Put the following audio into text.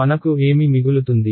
మనకు ఏమి మిగులుతుంది